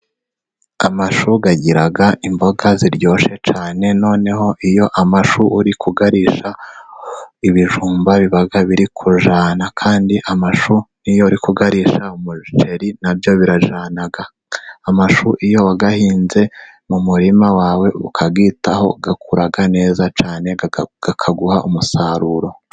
Amashu agira imboga ziryoshye cyane noneho iyo amashu uri kuyarisha ibijumba biba biri kujyana, kandi amashu n'iyo ari kuyarisha umuceri nabyo birajyana, amashu iyo wayahinze mu murima wawe, ukayitaho, akura neza cyane akaguha umusaruro.